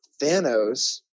thanos